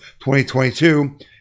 2022